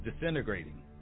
disintegrating